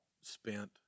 spent